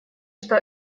что